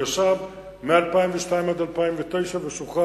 הוא ישב מ-2002 עד 2009 ושוחרר.